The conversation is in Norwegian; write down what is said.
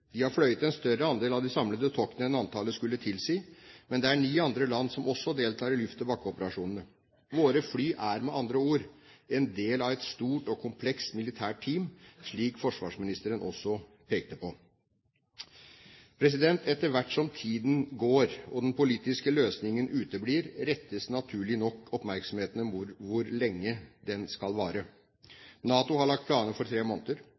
De har fløyet en større andel av de samlede toktene enn antallet skulle tilsi, men det er ni andre land som også deltar i luft-til-bakke-operasjonene. Våre fly er med andre ord en del av et stort og komplekst militært team, slik også forsvarsministeren pekte på. Etter hvert som tiden går og den politiske løsningen uteblir, rettes naturlig nok oppmerksomheten mot hvor lenge skal den vare. NATO har lagt planer for tre måneder.